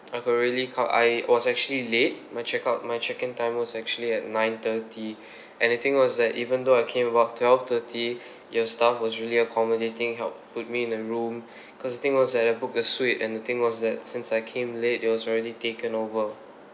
accurately ca~ I was actually late my check out my check in time was actually at nine thirty and the thing was that even though I came about twelve thirty your staff was really accommodating help put me in a room because the thing was at booked a suite and the thing was that since I came late it was already taken over